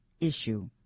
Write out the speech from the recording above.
issue